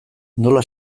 nola